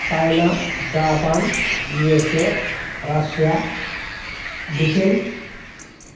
China Japan U S A Russia Britain